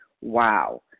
Wow